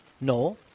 No